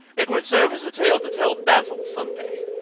it would serve as a tale to tell basil some day.